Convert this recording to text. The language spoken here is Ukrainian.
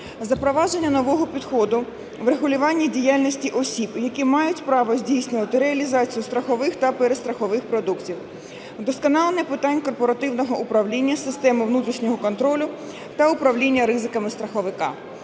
запровадження нового підходу в регулюванні діяльності осіб, які мають право здійснювати реалізацію страхових та перестрахових продуктів; вдосконалення питань корпоративного управління, системи внутрішнього контролю та управління ризиками страховика;